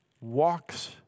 walks